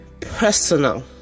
personal